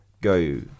go